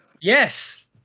Yes